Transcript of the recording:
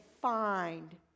find